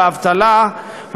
בתעסוקה,